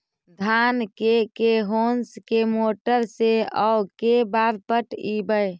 धान के के होंस के मोटर से औ के बार पटइबै?